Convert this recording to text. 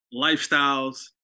lifestyles